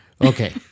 Okay